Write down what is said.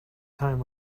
time